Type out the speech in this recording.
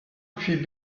puits